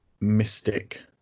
mystic